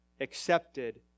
Accepted